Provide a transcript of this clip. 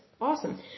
Awesome